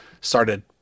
started